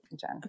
Jen